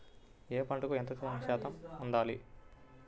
ఏ పంటకు ఎంత తేమ శాతం ఉండాలి?